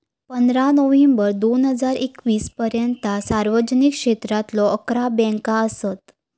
पंधरा नोव्हेंबर दोन हजार एकवीस पर्यंता सार्वजनिक क्षेत्रातलो अकरा बँका असत